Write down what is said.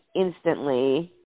instantly